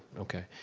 okay.